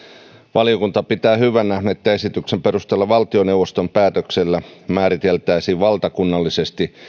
valiokunta pitää hyvänä että esityksen perusteella valtioneuvoston päätöksellä määriteltäisiin valtakunnallisesti